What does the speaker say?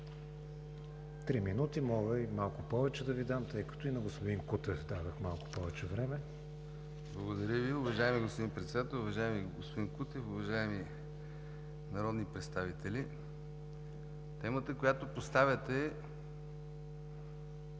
Три минути, мога и малко повече да Ви дам, тъй като и на господин Кутев дадох малко повече време. МИНИСТЪР БОИЛ БАНОВ: Благодаря Ви. Уважаеми господин Председател, уважаеми господин Кутев, уважаеми народни представители! Темата, която поставяте,